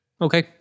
Okay